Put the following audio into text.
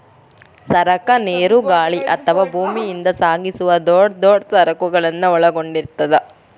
ಸರಕ ನೇರು ಗಾಳಿ ಅಥವಾ ಭೂಮಿಯಿಂದ ಸಾಗಿಸುವ ದೊಡ್ ದೊಡ್ ಸರಕುಗಳನ್ನ ಒಳಗೊಂಡಿರ್ತದ